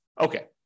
Okay